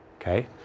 okay